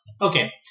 Okay